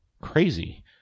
crazy